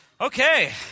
Okay